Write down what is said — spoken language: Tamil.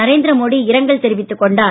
நரேந்திர மோடி இரங்கல் தெரிவித்துக் கொண்டார்